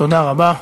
תודה רבה.